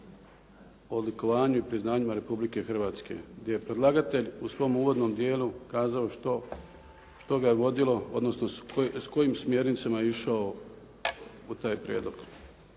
odlikovanjima i priznanjima Republike Hrvatske. Predlagatelj je u svom uvodnom dijelu kazao što ga je vodilo odnosno s kojim smjernicama je išao u taj prijedlog.